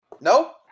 No